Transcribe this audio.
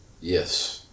Yes